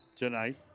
Tonight